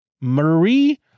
Marie